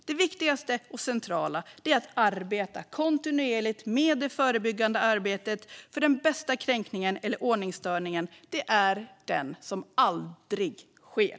Det viktigaste och det centrala är att arbeta kontinuerligt med det förebyggande arbetet, för den bästa kränkningen eller ordningsstörningen är den som aldrig sker.